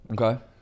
okay